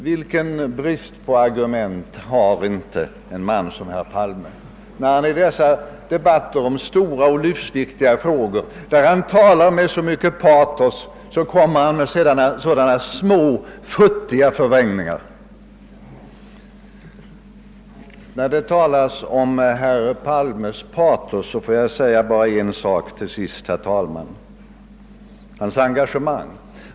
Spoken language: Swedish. Vilken brist på argument har inte en man som herr Palme, som i debatter om stora och livsviktiga frågor, där han talar med så starkt patos, förlitar sig på sådana små futtiga förvrängningar! Låt mig till sist, herr talman, på tal om herr Palmes Vietnam-patos säga ytterligare en enda sak.